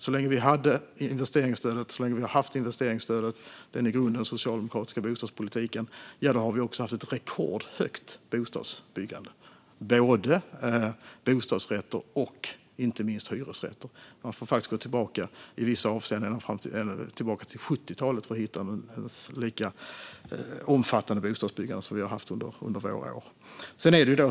Så länge vi har haft investeringsstödet och den i grunden socialdemokratiska bostadspolitiken har vi också haft ett rekordhögt bostadsbyggande; det gäller både bostadsrätter och inte minst hyresrätter. Man får faktiskt i vissa avseenden gå tillbaka ända till 70-talet för att hitta ett lika omfattande bostadsbyggande som vi har haft under våra år.